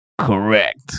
Correct